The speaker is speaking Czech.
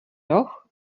roh